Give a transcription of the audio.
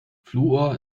fluor